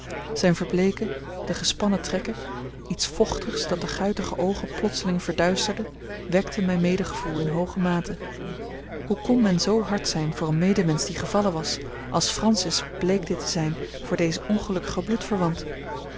zijn verbleeken de gespannen trekken iets vochtigs dat de guitige oogen plotseling verduisterde wekten mijn medegevoel in hooge mate hoe kon men zoo hard zijn voor een medemensch die gevallen was als francis bleek dit te zijn voor dezen ongelukkigen